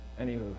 Anywho